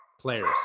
Players